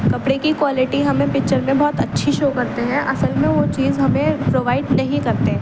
کپڑے کی کوالٹی ہمیں پچچر میں بہت اچھی شو کرتے ہیں اصل میں وہ چیز ہمیں پرووائڈ نہیں کرتے